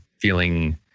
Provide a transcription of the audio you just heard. feeling